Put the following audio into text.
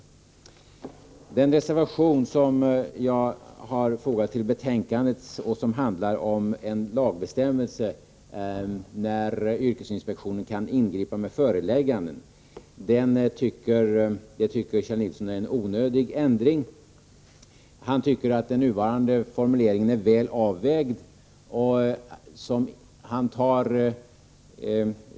Förslaget i den reservation som jag har fogat till betänkandet och som handlar om en lagbestämmelse beträffande när yrkesinspektionen kan ingripa med förelägganden tycker Kjell Nilsson skulle innebära en onödig ändring. Han tycker att den nuvarande formuleringen är väl avvägd.